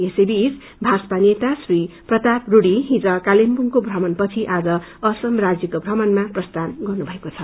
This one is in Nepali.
यसैबीच भाजपा नेता श्री प्रताप रूढ़ी हिज कालेबुडको थ्रमणपछि आज असम राज्यके थ्रमणमा प्रस्थान गर्नुभएको छ